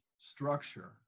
Structure